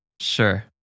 Sure